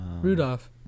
Rudolph